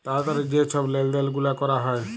তাড়াতাড়ি যে ছব লেলদেল গুলা ক্যরা হ্যয়